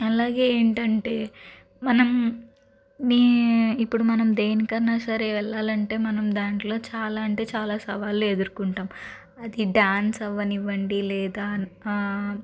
అలాగే ఏంటంటే మనం మీ ఇప్పుడు మనం దేనికన్నా సరే వెళ్లాలంటే మనం దాంట్లో చాలా అంటే చాలా సవాళ్లు ఎదుర్కొంటాం అది డ్యాన్స్ అవ్వనివ్వండి లేదా